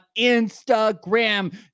Instagram